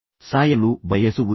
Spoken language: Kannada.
ಯಾರೂ ಸಾಯಲು ಬಯಸುವುದಿಲ್ಲ